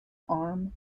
arm